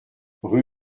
rue